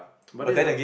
but this is a